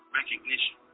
recognition